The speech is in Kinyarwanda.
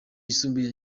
yisumbuye